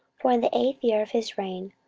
for in the eighth year of his reign,